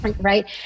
right